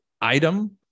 item